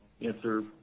answer